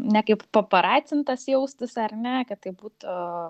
ne kaip paparacintas jaustųsi ar ne kad tai būtų